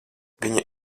viņi